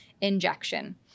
injection